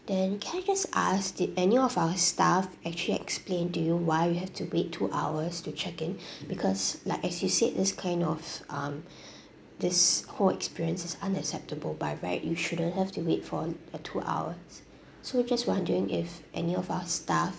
then can I just ask did any of our staff actually explained to you why you have to wait two hours to check in because like as you said this kind of um this whole experience is unacceptable by right you shouldn't have to wait for uh two hours so I'm just wondering if any of our staff